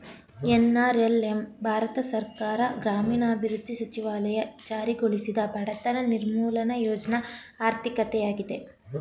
NRLM Bharat ಸರ್ಕಾರ ಗ್ರಾಮೀಣಾಭಿವೃದ್ಧಿ ಸಚಿವಾಲಯ ಜಾರಿಗೊಳಿಸಿದ ಬಡತನ ನಿರ್ಮೂಲ ಯೋಜ್ನ ಆರ್ಥಿಕತೆಯಾಗಿದೆ